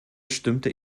stimmte